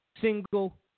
single